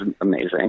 amazing